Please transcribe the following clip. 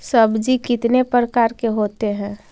सब्जी कितने प्रकार के होते है?